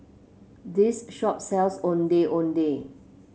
this shop sells Ondeh Ondeh